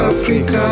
Africa